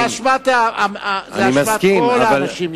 לא, לא, זאת אשמת כל האנשים יחד.